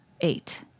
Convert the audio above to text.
Eight